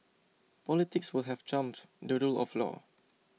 politics will have trumped the rule of law